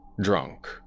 drunk